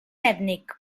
ètnic